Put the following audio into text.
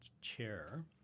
chair